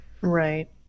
right